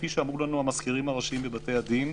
כפי שאמרו לנו המזכירים הראשיים בבתי הדין,